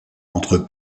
entre